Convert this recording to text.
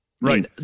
Right